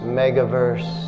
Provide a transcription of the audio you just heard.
megaverse